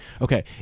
Okay